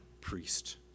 priest